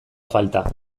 falta